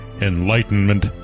enlightenment